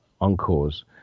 encores